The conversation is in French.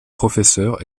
professeurs